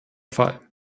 fall